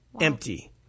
empty